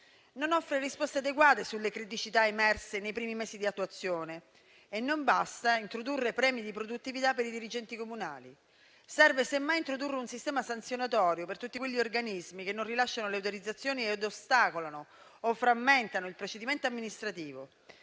non offre risposte adeguate sulle criticità emerse nei primi mesi di attuazione, e non basta introdurre premi di produttività per i dirigenti comunali. Serve semmai introdurre un sistema sanzionatorio per tutti quegli organismi che non rilasciano le autorizzazioni e ostacolano o frammentano il procedimento amministrativo.